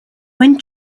when